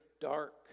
dark